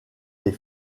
des